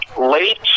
late